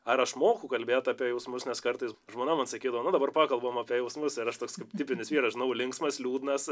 ar aš moku kalbėt apie jausmus nes kartais žmona man sakydavo nu dabar pakalbame apie jausmus ar aš toks kaip tipinis vyras žinau linksmas liūdnas